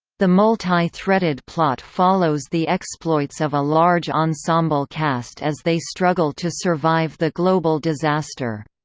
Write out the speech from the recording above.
the multi-threaded plot follows the exploits of a large ensemble cast as they struggle to survive the global disaster.